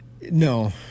No